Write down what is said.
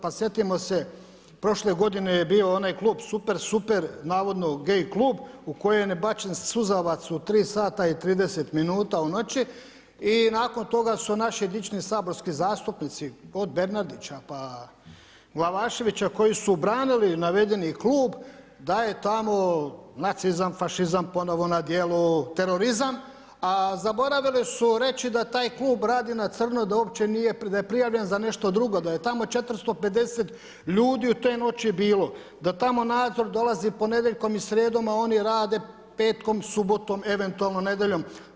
Pa sjetimo se prošle godine je bio onaj klub Super, Super, navodno gay klub u kojem je bačen suzavac u 3,30 minuta u noći i nakon toga su naši dični saborski zastupnici od Bernardića pa Glavaševića koji su branili navedeni klub da je tamo nacizam, fašizam, ponovno na djelu terorizam a zaboravili su reći da taj klub radi na crno, da uopće nije, da je prijavljen za nešto drugo, da je tamo 450 ljudi te noći bilo, da tamo nadzor dolazi ponedjeljkom i srijedom a oni rade petkom, subotom, eventualno nedjeljom.